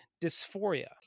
dysphoria